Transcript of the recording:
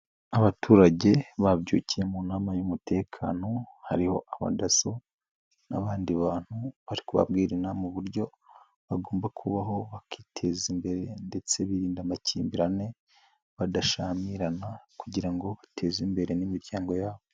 Abaturage babyukiye mu nama y'umutekano hariho Abadasso n'abandi bantu bari kubabwira inama mu buryo bagomba kubaho bakiteza imbere ndetse birinda amakimbirane badashyamirana kugira ngo bateze imbere n'imiryango yabo.